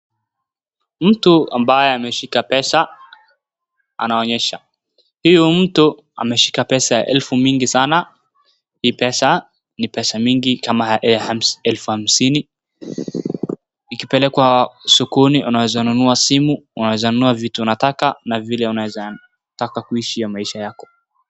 Mtu ambaye ameshika pesa anaonyesha , huyu mtu ameshika pesa ya elfu mingi sana , hii pesa ni pesa mingi kama elfu hamsini ikipelekwa sokoni unaweza nunua simu, unaweza nunua vitu unataka na vile unataka kuishi maisha yako .